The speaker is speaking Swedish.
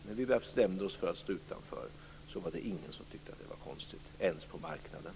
När vi väl bestämde oss för att stå utanför var det ingen som tyckte att det var konstigt, inte ens på marknaden.